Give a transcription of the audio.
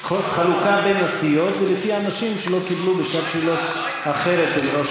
חלוקה בין הסיעות ולפי האנשים שלא קיבלו בשעת שאלות אחרת עם ראש